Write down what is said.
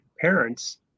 parents